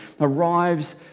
arrives